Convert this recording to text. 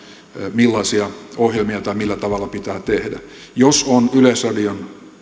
millaisia ohjelmia tai millä tavalla pitää tehdä jos on yleisradion